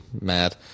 mad